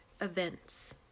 events